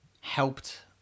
helped